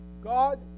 God